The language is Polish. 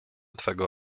twego